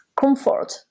comfort